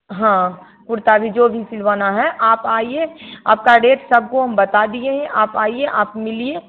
हाँ कुर्ता भी जो भी सिलवाना है आप आइए आपका रेट सबको हम बता दिए हैं आप आइए आप मिलिए